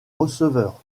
receveur